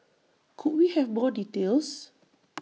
could we have more details